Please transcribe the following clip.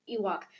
Ewok